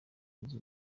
zunze